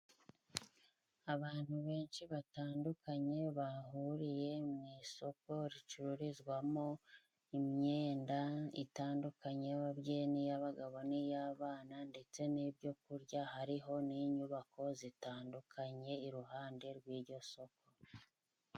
Abantu benshi batandukanye bahuriye mu isoko, ricururizwamo imyenda itandukanye y'ababyeyi n'iy'abagabo n'iy'abana, ndetse n'ibyo kurya. Hariho n'inyubako zitandukanye iruhande rw'iryo soko.